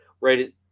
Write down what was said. right